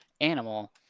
animal